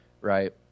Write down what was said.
right